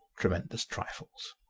tremendous trifles.